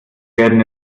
werden